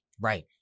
Right